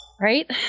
Right